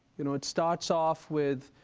you know it starts off with